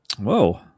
Whoa